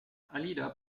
alida